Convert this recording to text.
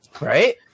right